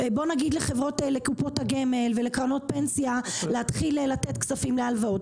בוא נגיד לקופות הגמל ולקרנות הפנסיה להתחיל לתת כספים להלוואות.